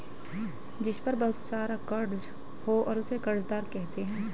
जिस पर बहुत सारा कर्ज हो उसे कर्जदार कहते हैं